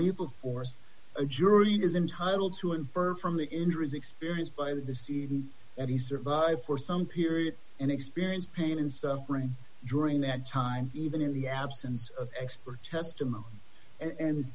lethal force a jury is entitled to infer from the injuries experienced by this deed that he survived for some period and experience pain and suffering during that time even in the absence of expert testimony and